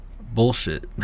Bullshit